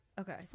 okay